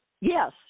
Yes